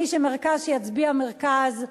מי שמרכז שיצביע מרכז,